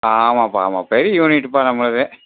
ஆமாப்பா ஆமாம் பெரிய யூனிட்டுப்பா நம்பளுது